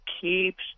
keeps